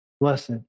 blessed